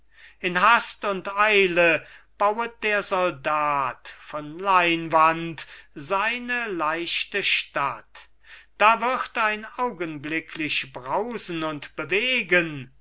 in hast und eile bauet der soldat von leinwand seine leichte stadt da wird ein augenblicklich brausen und bewegen